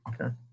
Okay